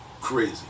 crazy